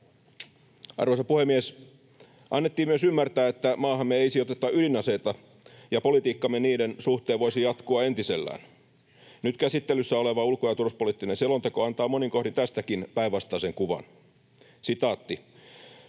Arvoisa puhemies! Annettiin myös ymmärtää, että maahamme ei sijoiteta ydinaseita ja politiikkamme niiden suhteen voisi jatkua entisellään. Nyt käsittelyssä oleva ulko- ja turvallisuuspoliittinen selonteko antaa monin kohdin tästäkin päinvastaisen kuvan. ”Naton